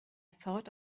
thought